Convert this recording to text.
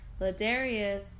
Ladarius